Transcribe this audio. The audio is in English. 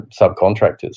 subcontractors